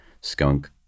skunk